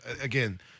again